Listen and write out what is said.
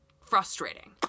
frustrating